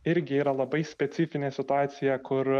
irgi yra labai specifinė situacija kur